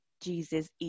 Jesus